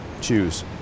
choose